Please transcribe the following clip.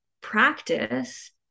practice